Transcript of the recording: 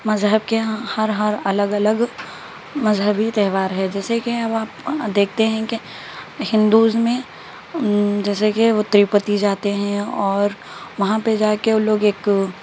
مذہب کے ہر ہر الگ الگ مذہبی تہوار ہے جیسے کہ ہم آپ دیکھتے ہیں کہ ہندوز میں جیسے کہ وہ تروپتی جاتے ہیں اور وہاں پہ جا کے وہ لوگ ایک